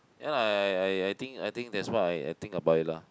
ya lah I I I think I think that's what I think about it lah